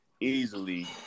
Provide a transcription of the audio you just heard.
easily